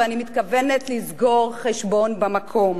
ואני מתכוונת לסגור חשבון במקום.